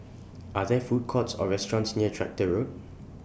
Are There Food Courts Or restaurants near Tractor Road